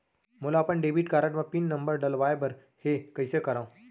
मोला अपन debit card म पिन नंबर डलवाय बर हे कइसे करव?